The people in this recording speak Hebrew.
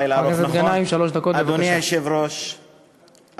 לילה ארוך, נכון.